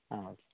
ആ ഓക്കേ